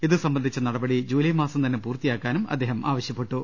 ഇതു സംബന്ധിച്ച നടപടി ജൂലൈ മാസം തന്നെ പൂർത്തിയാക്കാനും അദ്ദേഹം ആവ ശൃപ്പെട്ടു